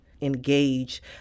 engage